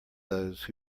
those